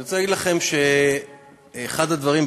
אני רוצה לומר לכם שאחד הדברים,